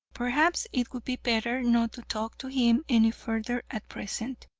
perhaps it would be better not to talk to him any further at present.